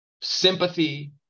sympathy